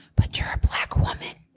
but you're a black women.